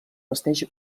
vesteix